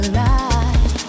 light